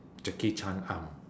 jackie chan arm